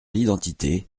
l’identité